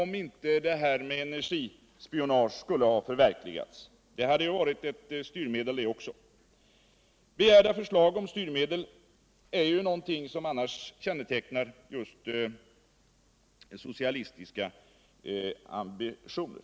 om 26 maj 1978 socialdemokraterna hade suttit kvar vid makten — det hade ju varit ett styrmedel det också. De begärda förslagen om styrmedel är ju något som Energisparplan också kännetecknar just socialistiska ambitioner.